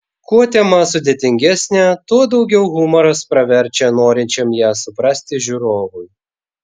kuo tema sudėtingesnė tuo daugiau humoras praverčia norinčiam ją suprasti žiūrovui